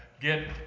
get